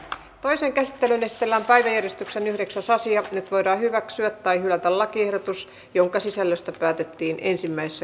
toiseen käsittelyyn esitellään päiväjärjestyksen yhdeksäs asiat voidaan hyväksyä tai hylätä lakiehdotus jonka sisällöstä päätettiin päättyi